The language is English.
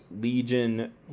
Legion